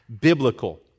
biblical